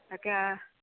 তাকে